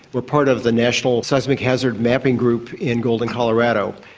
we are part of the national seismic hazard mapping group in golden, colorado.